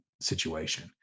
situation